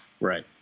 Right